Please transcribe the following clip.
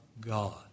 God